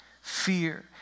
fear